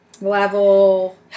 level